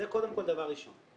זה קודם כל דבר ראשון.